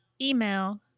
email